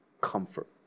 comfort